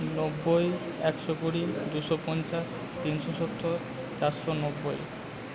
নব্বই একশো কুড়ি দুশো পঞ্চাশ তিনশো সত্তর চারশো নব্বই